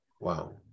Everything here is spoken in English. wow